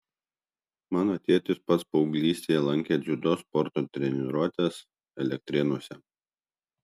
mano tėtis pats paauglystėje lankė dziudo sporto treniruotes elektrėnuose